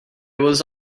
was